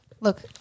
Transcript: look